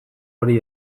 hori